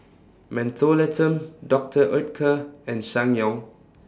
Mentholatum Doctor Oetker and Ssangyong